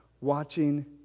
watching